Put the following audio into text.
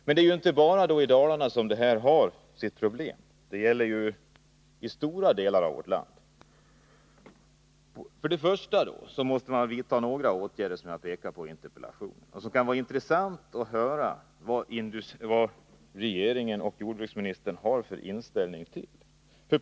Men det är inte bara i Dalarna som försurningen är ett problem. Det gäller ju stora delar av vårt land. Först måste man vidta de åtgärder som jag har pekat på i interpellationen. Det kunde vara intressant att höra vilken inställning regeringen och jordbruksministern har.